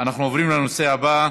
אנחנו עוברים לנושא הבא: